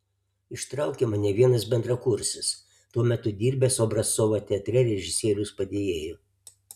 ištraukė mane vienas bendrakursis tuo metu dirbęs obrazcovo teatre režisieriaus padėjėju